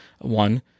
one